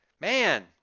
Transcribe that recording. man